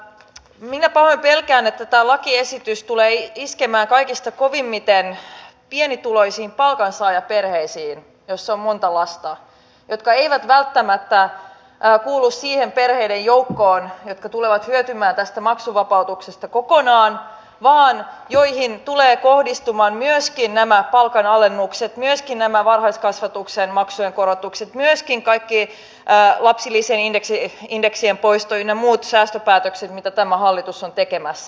minä pahoin pelkään että tämä lakiesitys tulee iskemään kaikista kovimmin pienituloisiin palkansaajaperheisiin joissa on monta lasta ja jotka eivät välttämättä kuulu niiden perheiden joukkoon jotka tulevat hyötymään tästä maksuvapautuksesta kokonaan vaan joihin tulevat kohdistumaan myöskin nämä palkanalennukset myöskin nämä varhaiskasvatuksen maksujen korotukset myöskin kaikki lapsilisien indeksien poistot ynnä muut säästöpäätökset mitä tämä hallitus on tekemässä